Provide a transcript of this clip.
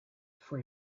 for